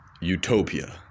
Utopia